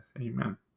Amen